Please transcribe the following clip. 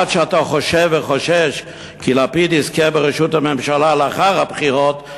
עד שאתה חושב וחושש כי לפיד יזכה בראשות הממשלה לאחר הבחירות,